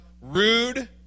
rude